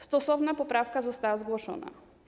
Stosowna poprawka została zgłoszona.